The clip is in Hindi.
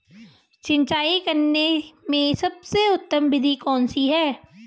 सिंचाई करने में सबसे उत्तम विधि कौन सी है?